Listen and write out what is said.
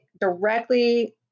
directly